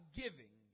giving